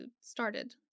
started